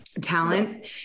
talent